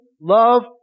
love